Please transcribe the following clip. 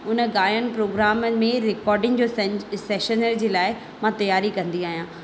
उन गायन प्रोग्रामनि में रिकॉर्डिंग जो सैशन जे लाइ मां तयारी कंदी आहियां